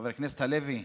חבר הכנסת הלוי,